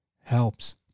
helps